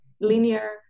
linear